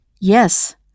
Yes